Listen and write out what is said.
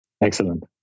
Excellent